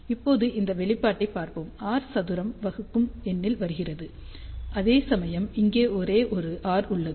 இப்போது இந்த வெளிப்பாட்டை பார்ப்போம் r சதுரம் வகுக்கும் எண்ணில் வருகிறது அதேசமயம் இங்கே ஒரே ஒரு r உள்ளது